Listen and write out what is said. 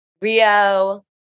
Rio